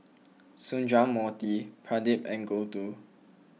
Sundramoorthy Pradip and Gouthu